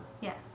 yes